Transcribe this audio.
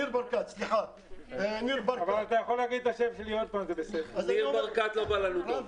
ניר ברקת לא בא לנו טוב.